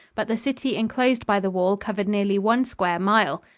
but the city enclosed by the wall covered nearly one square mile.